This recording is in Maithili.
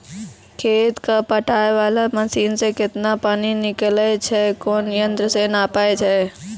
खेत कऽ पटाय वाला मसीन से केतना पानी निकलैय छै कोन यंत्र से नपाय छै